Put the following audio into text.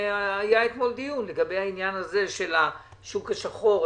אתמול היה דיון לגבי העניין הזה של השוק השחור,